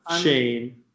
Shane